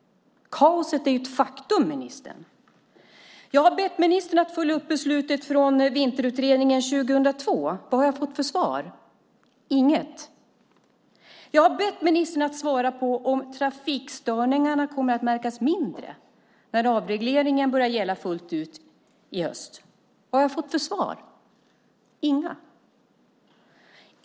Kaoset är ett faktum, ministern. Jag har bett ministern att följa upp beslutet från Vinterutredningen 2002. Vad har jag fått för svar? Inget. Jag har bett ministern att svara på om trafikstörningarna kommer att märkas mindre när avregleringen börjar gälla full ut i höst. Vad har jag fått för svar? Inga.